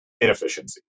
inefficiency